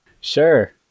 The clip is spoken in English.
Sure